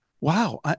wow